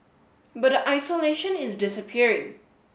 but the isolation is disappearing